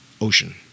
ocean